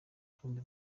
tundi